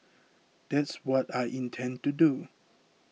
that's what I intend to do